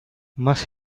must